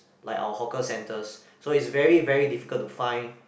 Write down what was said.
like our hawker centres so is very very difficult to find